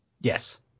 Yes